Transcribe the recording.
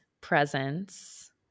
presence